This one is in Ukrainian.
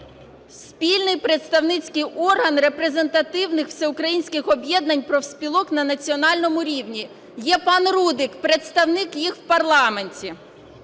"Спільний представницький орган репрезентативних всеукраїнських об'єднань профспілок на національному рівні." Є пан Рудик, представник їх у парламенті.